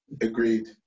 Agreed